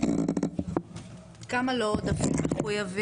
כל הפעילויות פה בעיקרן הן פעילויות